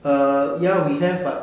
err ya we have but